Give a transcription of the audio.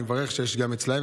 אני מברך שיש אצלם,